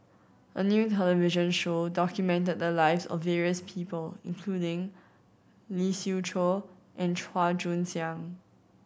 a new television show documented the lives of various people including Lee Siew Choh and Chua Joon Siang